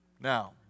Now